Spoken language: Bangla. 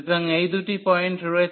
সুতরাং এই দুটি পয়েন্ট রয়েছে